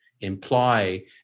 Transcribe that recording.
imply